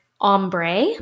ombre